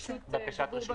בקשת רשות דיבור?